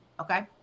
Okay